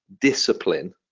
discipline